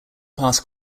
past